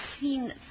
seen